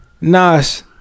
nice